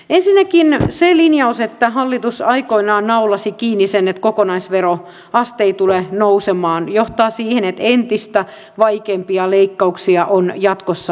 ensinnäkin se linjaus että hallitus aikoinaan naulasi kiinni sen että kokonaisveroaste ei tule nousemaan johtaa siihen että entistä vaikeampia leikkauksia on jatkossa tulossa